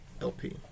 LP